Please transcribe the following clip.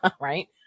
right